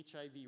HIV